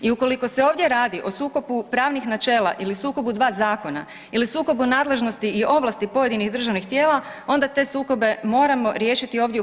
I ukoliko se ovdje radi o sukobu pravnih načela ili sukobu dva zakona ili sukobu nadležnosti i ovlasti pojedinih državnih tijela onda te sukobe moramo riješiti ovdje u HS.